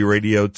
Radio